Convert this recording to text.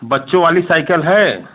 बच्चो वाली साइकल है